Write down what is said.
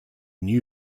new